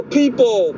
people